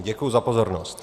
Děkuji za pozornost.